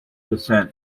descent